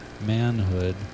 manhood